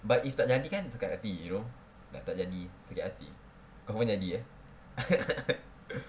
but if tak jadi kan sakit hati like tak jadi sakit hati confirm jadi eh